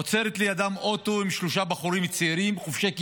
עוצר לידם אוטו עם שלושה בחורים צעירים חובשי כיפה.